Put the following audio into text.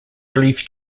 relief